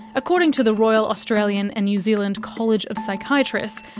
according to the royal australian and new zealand college of psychiatrists,